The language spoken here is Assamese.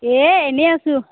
এ এনেই আছোঁ